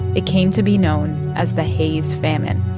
it came to be known as the haze famine,